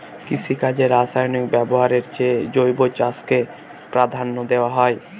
কৃষিকাজে রাসায়নিক ব্যবহারের চেয়ে জৈব চাষকে প্রাধান্য দেওয়া হয়